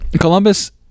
columbus